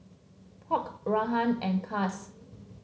polk Orah and Cas